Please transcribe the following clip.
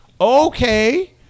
okay